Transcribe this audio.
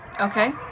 Okay